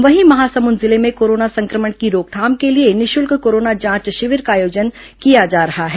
वहीं महासमुंद जिले में कोरोना संक्रमण की रोकथाम के लिए निःशुल्क कोरोना जांच शिविर का आयोजन किया जा रहा है